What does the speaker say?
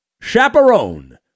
Chaperone